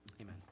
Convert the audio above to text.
Amen